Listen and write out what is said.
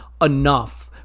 enough